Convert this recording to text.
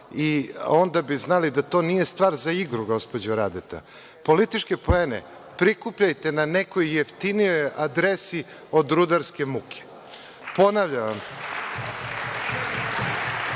i onda bi znali da to nije stvar za igru, gospođo Radeta. Političke poene prikupljajte na nekoj jeftinijoj adresi od rudarske muke. Ponavljam